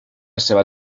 seva